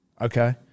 okay